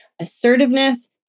assertiveness